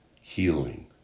healing